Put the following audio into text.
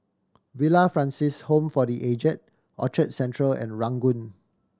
Villa Francis Home for The Aged Orchard Central and Ranggung